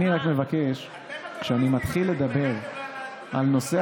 אני רק מבקש שכשאני אתחיל לדבר על נושא